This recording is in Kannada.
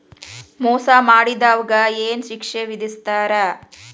ಮೋಸಾ ಮಾಡಿದವ್ಗ ಏನ್ ಶಿಕ್ಷೆ ವಿಧಸ್ತಾರ?